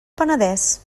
penedès